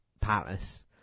palace